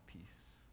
peace